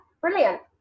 Brilliant